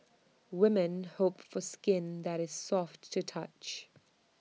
women hope for skin that is soft to touch